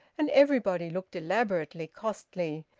and everybody looked elaborately costly,